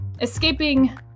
escaping